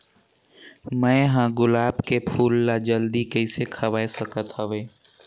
मैं ह गुलाब के फूल ला जल्दी कइसे खवाय सकथ हवे?